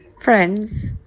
friends